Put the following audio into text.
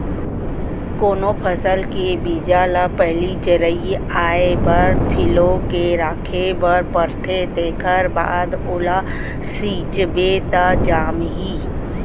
कोनो फसल के बीजा ल पहिली जरई आए बर फिलो के राखे बर परथे तेखर बाद ओला छिंचबे त जामही